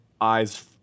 eyes